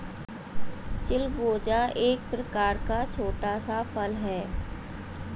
चिलगोजा एक प्रकार का छोटा सा फल है